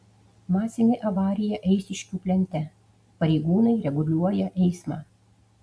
masinė avarija eišiškių plente pareigūnai reguliuoja eismą